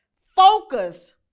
Focus